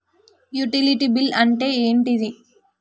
Utility bill అంటే ఏంటిది?